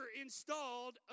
installed